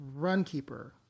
RunKeeper